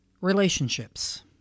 Relationships